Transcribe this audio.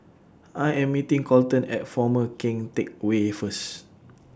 I Am meeting Colton At Former Keng Teck Whay First